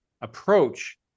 approach